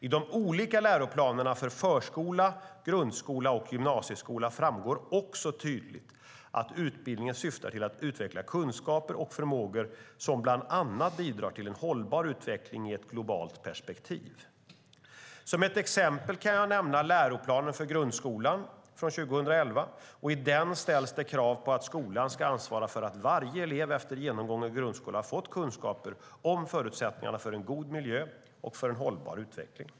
I de olika läroplanerna för förskola, grundskola och gymnasieskola framgår också tydligt att utbildningen syftar till att utveckla kunskaper och förmågor som bland annat bidrar till en hållbar utveckling i ett globalt perspektiv. Som ett exempel kan jag nämna läroplanen för grundskolan från 2011. I den ställs det krav på att skolan ska ansvara för att varje elev efter genomgången grundskola har fått kunskaper om förutsättningarna för en god miljö och en hållbar utveckling.